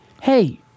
Hey